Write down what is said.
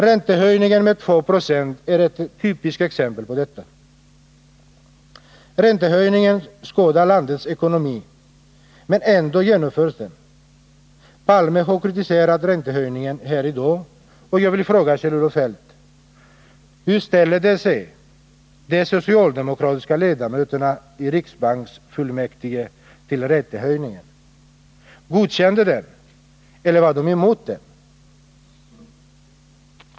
Räntehöjningen med 276 är ett typiskt exempel på detta. Räntehöjningen skadar landets ekonomi, men ändå genomförs den. Olof Palme har här i dag kritiserat räntehöjningen, och jag vill fråga Kjell-Olof Feldt: Hur ställde sig de socialdemokratiska ledamöterna i riksbanksfullmäktige till räntehöjningen? Godkände de den eller var de emot den?